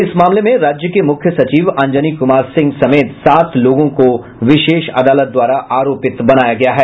इस मामले में राज्य के मुख्य सचिव अंजनी कुमार सिंह समेत सात लोगों को विशेष अदालत द्वारा आरोपित बनाया गया है